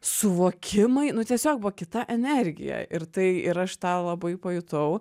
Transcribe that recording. suvokimai nu tiesiog buvo kita energija ir tai ir aš tą labai pajutau